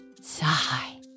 Sigh